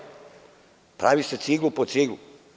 Pravi se ciglu po ciglu.